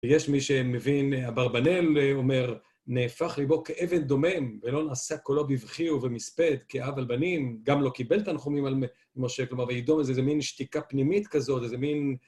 ויש מי שמבין, אברבנל אומר, נהפך ליבו כאבן דומם ולא נעשה קולות בבכי ובמספד כאב על בנים, גם לא קיבל תנחומים על משה, כלומר, וידום איזו מין שתיקה פנימית כזאת, איזו מין...